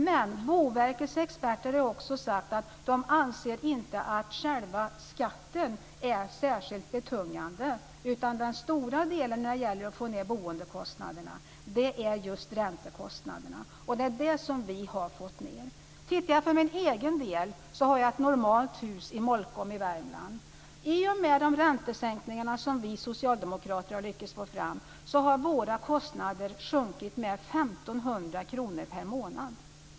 Men Boverkets experter har också sagt att de inte anser att själva skatten är särskilt betungande utan att den stora delen när det gäller att få ned boendekostnaderna är just räntekostnaderna, och det är dessa kostnader som vi har fått ned. För egen del har jag ett normalt hus i Molkom i Värmland. I och med de räntesänkningar som vi socialdemokrater lyckats få fram har våra kostnader sjunkit med 1 500 kr per månad.